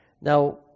Now